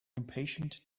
impatient